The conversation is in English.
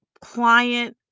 client